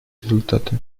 результаты